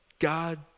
God